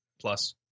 plus